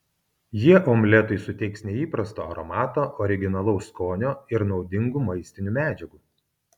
jie omletui suteiks neįprasto aromato originalaus skonio ir naudingų maistinių medžiagų